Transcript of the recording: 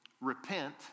repent